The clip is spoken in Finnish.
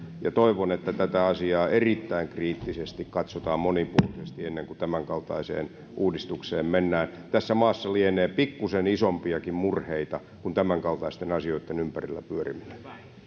toivon että tätä asiaa erittäin kriittisesti katsotaan monipuolisesti ennen kuin tämänkaltaiseen uudistukseen mennään tässä maassa lienee pikkuisen isompiakin murheita kuin tämänkaltaisten asioitten ympärillä pyöriminen